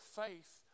faith